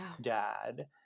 dad